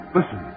Listen